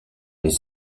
les